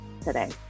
today